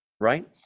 right